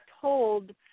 told